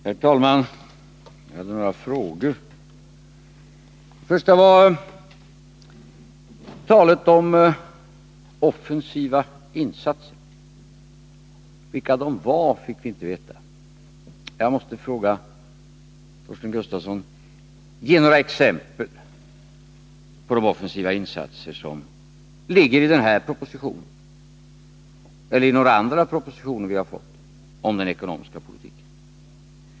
Herr talman! Jag har några frågor att ställa. Den första gäller talet om offensiva insatser — vilka de var fick vi inte veta. Jag måste säga till Torsten Gustafsson: Ge några exempel på offensiva insatser som ligger i den här propositionen eller i några andra propositioner som vi har fått om den ekonomiska politiken!